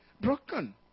broken